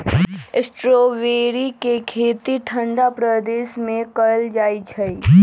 strawberry के खेती ठंडा प्रदेश में कएल जाइ छइ